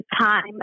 time